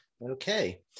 Okay